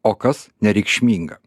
o kas nereikšminga